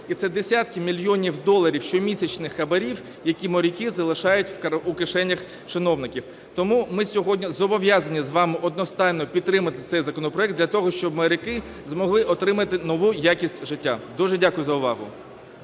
і це десятки мільйонів доларів щомісячних хабарів, які моряки залишають у кишенях чиновників. Тому ми сьогодні зобов'язані з вами одностайно підтримати цей законопроект для того, щоб моряки змогли отримати нову якість життя. Дуже дякую за увагу.